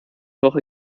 woche